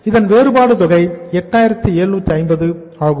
இதன் வேறுபாடு தொகை 8750 ஆகும்